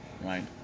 Right